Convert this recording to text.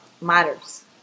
matters